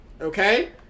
Okay